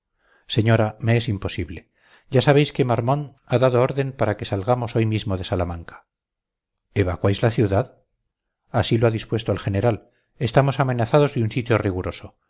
señora me es imposible ya sabéis que marmont ha dado orden para que salgamos hoy mismo de salamanca evacuáis la ciudad así lo ha dispuesto el general estamos amenazados de un sitio riguroso